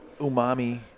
umami